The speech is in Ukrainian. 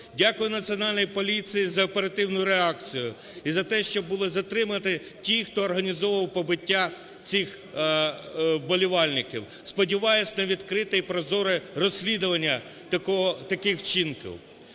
Дякую Національній поліції за оперативну реакцію і за те, що були затримані ті, хто організовував побиття цих вболівальників. Сподіваюсь на відкрите і прозоре розслідування таких вчинків.